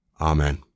Amen